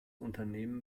unternehmen